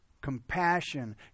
compassion